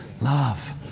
love